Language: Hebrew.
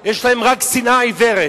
יש להם רק שנאה עיוורת,